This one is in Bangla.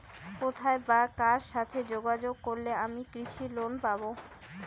কোথায় বা কার সাথে যোগাযোগ করলে আমি কৃষি লোন পাব?